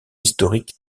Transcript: historique